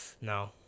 No